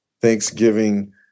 Thanksgiving